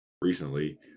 recently